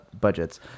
budgets